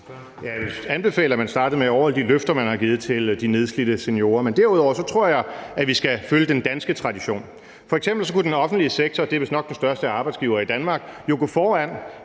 vil anbefale, at man startede med at overholde de løfter, man har givet til de nedslidte seniorer. Men derudover tror jeg, at vi skal følge den danske tradition. F.eks. kunne den offentlige sektor, som vistnok er den største arbejdsgiver i Danmark, jo gå foran